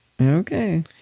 Okay